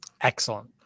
Excellent